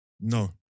No